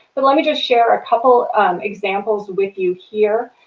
but let me just share a couple examples with you here.